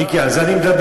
מיקי, על זה אני מדבר.